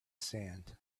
sand